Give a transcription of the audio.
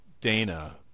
Dana